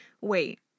Wait